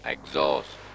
Exhaust